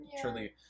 truly